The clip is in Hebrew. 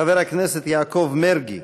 חבר הכנסת יעקב מרגי